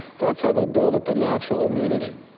that's how they build up a natural immunity.